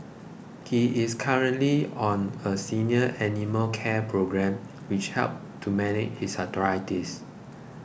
he is currently on a senior animal care programme which helps to manage his arthritis